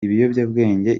ibiyobyabwenge